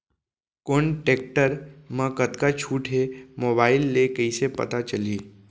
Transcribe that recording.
कोन टेकटर म कतका छूट हे, मोबाईल ले कइसे पता चलही?